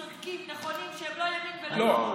צודקים, נכונים, שהם לא ימין ולא שמאל.